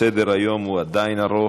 סדר-היום הוא עדיין ארוך,